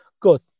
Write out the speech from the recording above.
good